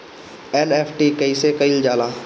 NEFT कइसे कइल जाला?